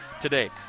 today